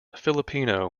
filipino